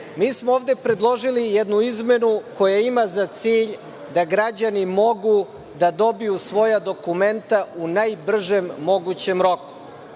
smo predložili jednu izmenu koja ima za cilj da građani mogu da dobiju svoja dokumenta u najbržem mogućem roku.